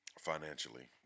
financially